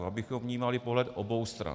Abychom vnímali pohled obou stran.